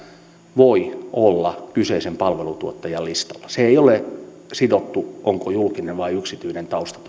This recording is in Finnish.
voi olla kyseisen palveluntuottajan listalla se ei ole sidottu siihen onko toimijalla julkinen vai yksityinen tausta